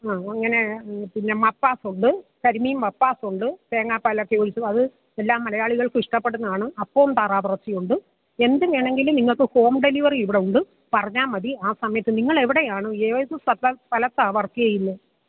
ആ അങ്ങനേ പിന്നെ മപ്പാസുണ്ട് കരിമീൻ മപ്പാസുണ്ട് തേങ്ങാപ്പാലൊക്കെ ഒഴിച്ച് അത് എല്ലാ മലയാളികൾക്കു ഇഷ്ടപ്പെടുന്നതാണ് അപ്പവും താറാവിറച്ചിയുമുണ്ട് എന്തു വേണമെങ്കിലും നിങ്ങൾക്ക് ഹോം ഡെലിവറി ഇവിടെയുണ്ട് പറഞ്ഞാൽ മതി ആ സമയത്ത് നിങ്ങളെവിടെയാണ് ഏത് സ്ഥലത്താണ് വർക്ക് ചെയ്യുന്നത്